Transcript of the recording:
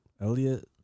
Elliot